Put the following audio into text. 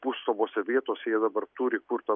pustomose vietose jie dabar turi kur ten